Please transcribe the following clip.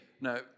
No